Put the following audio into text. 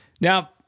Now